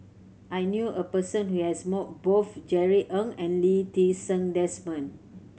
I knew a person who has met both Jerry Ng and Lee Ti Seng Desmond